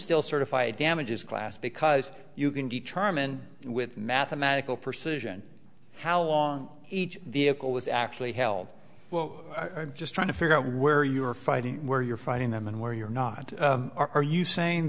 still certify damages class because you can determine with mathematical precision how long each vehicle was actually held well i'm just trying to figure out where you are fighting where you're fighting them and where you're not are you saying